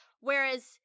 whereas